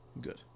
Good